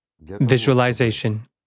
visualization